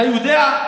אתה יודע,